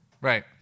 Right